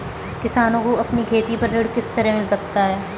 किसानों को अपनी खेती पर ऋण किस तरह मिल सकता है?